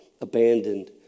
abandoned